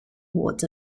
awards